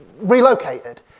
relocated